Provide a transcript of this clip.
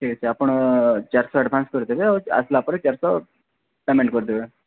ଠିକ ଅଛି ଆପଣ ଚାରିଶହ ଆଡଭାନ୍ସ କରିଦେବେ ଆଉ ଆସିଲା ପରେ ଚାରିଶହ ପେମେଣ୍ଟ କରିଦେବେ